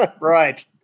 Right